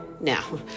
Now